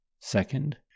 second